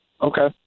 okay